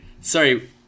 sorry